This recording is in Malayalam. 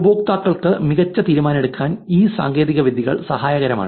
ഉപയോക്താക്കൾക്ക് മികച്ച തീരുമാനമെടുക്കാൻ ഈ സാങ്കേതികവിദ്യകൾ സഹായകരമാണ്